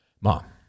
Mom